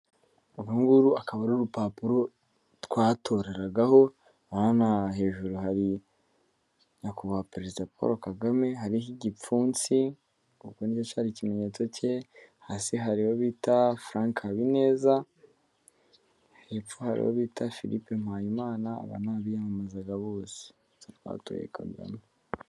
Urunguru akaba ar’urupapuro twatoragaho, aha hejuru hari Nyakubahwa Perezida Paul KAGAME hari igipfunsi kuko ni ikimenyetso cye, hasi hari uwo bita Frank HABINEZA, hepfo hari uwo bita Philippe MPAYIMANA ababiyamamazaga bose twatoye i Kamerama.